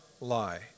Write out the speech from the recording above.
lie